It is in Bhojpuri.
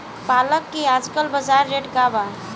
पालक के आजकल बजार रेट का बा?